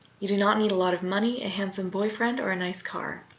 you do not need a lot of money, a handsome boyfriend, or a nice car.